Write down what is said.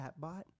Chatbot